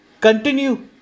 Continue